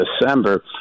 December